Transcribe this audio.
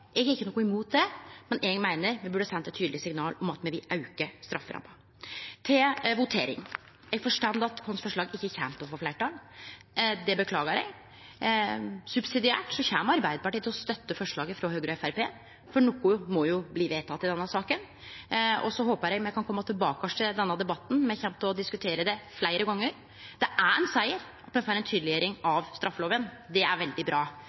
Eg har ikkje noko imot det, men eg meiner me burde sendt eit tydeleg signal om at me vil auke strafferamma. Til voteringa: Eg forstår at forslaget vårt ikkje kjem til å få fleirtal. Det beklagar eg. Subsidiært kjem Arbeidarpartiet til å støtte forslaget frå Høgre og Framstegspartiet, for noko må jo verte vedteke i denne saka. Så håpar eg at me kan kome tilbake til denne debatten. Me kjem til å diskutere det fleire gonger. Det er ein seier at me får ei tydeleggjering av straffelova. Det er veldig bra.